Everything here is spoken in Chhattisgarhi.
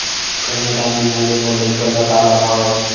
कन्यादान बीमा ले मोर लइका ल का लाभ हवय?